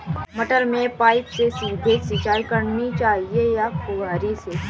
मटर में पाइप से सीधे सिंचाई करनी चाहिए या फुहरी से?